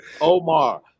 Omar